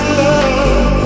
love